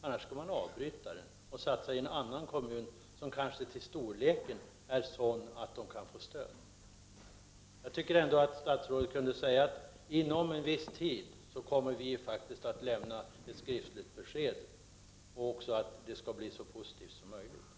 Annars skall man avbryta den och satsa i en annan kommun, som kanske till storleken är sådan att den kan få stöd. Jag tycker ändå att statsrådet kunde säga att regeringen inom en viss tid kommer att lämna ett skriftligt besked samt att det skall bli så positivt som möjligt.